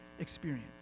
experience